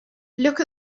look